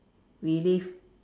relive